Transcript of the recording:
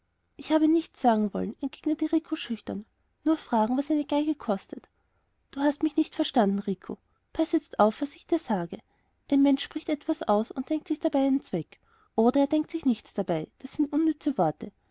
ich habe nichts sagen wollen entgegnete rico schüchtern nur fragen was eine geige kostet du hast mich nicht verstanden rico paß jetzt auf was ich dir sage ein mensch spricht etwas aus und denkt sich dabei einen zweck oder er denkt sich nichts dabei das sind unnütze worte